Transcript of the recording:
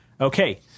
Okay